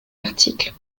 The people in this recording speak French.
articles